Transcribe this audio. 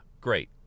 great